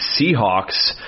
Seahawks